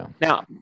Now